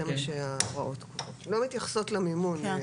זה מה שההוראות קובעות, הן לא מתייחסות למימון.